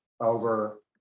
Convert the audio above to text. over